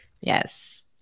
yes